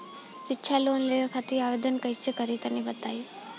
शिक्षा लोन लेवे खातिर आवेदन कइसे करि तनि बताई?